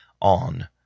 on